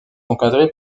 encadrées